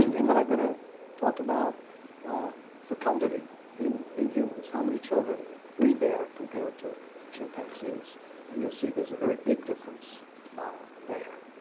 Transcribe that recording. and then i'm going to talk about fecundity in in humans, how many children we bear compared to chimpanzees and you'll see there's a very big difference there.